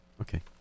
okay